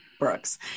Brooks